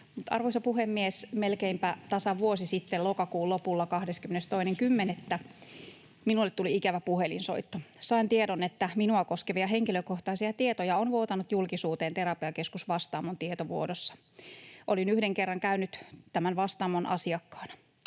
Arvoisa puhemies! Melkeinpä tasan vuosi sitten lokakuun lopulla 22.10. minulle tuli ikävä puhelinsoitto. Sain tiedon, että minua koskevia henkilökohtaisia tietoja on vuotanut julkisuuteen terapiakeskus Vastaamon tietovuodossa. Olin yhden kerran käynyt Vastaamon asiakkaana.